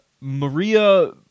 Maria